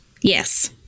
Yes